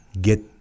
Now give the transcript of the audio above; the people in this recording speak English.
get